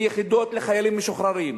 יחידות לחיילים משוחררים.